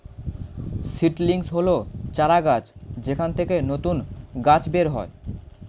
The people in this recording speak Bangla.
সীডলিংস হল চারাগাছ যেখান থেকে নতুন গাছ বের হয়